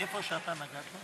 אנחנו עוברים להצעת חוק